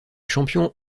champions